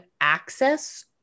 access